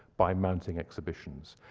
by mounting exhibitions.